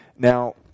Now